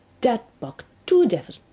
dat buck two devils,